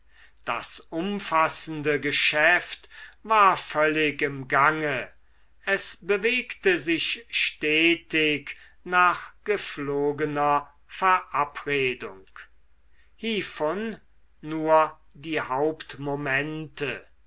das umfassende geschäft war völlig im gange es bewegte sich stetig nach gepflogener verabredung hievon nur die